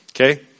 Okay